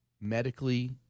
medically